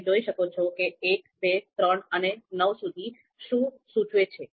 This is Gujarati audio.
તમે જોઈ શકો છો કે ૧ ૨ ૩ અને ૯ સુધી શું સૂચવે છે